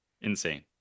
Insane